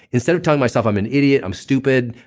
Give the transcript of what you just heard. instead of telling myself i'm an idiot, i'm stupid,